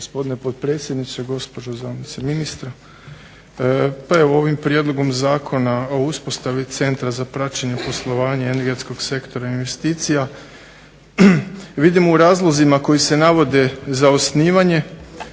Gospodine potpredsjedniče, gospođo zamjenice ministra. Pa evo, ovim Prijedlogom zakona o uspostavi centra za praćenje poslovanja energetskog sektora i investicija. Vidimo u razlozima koji se navode za osnivanje